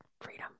freedom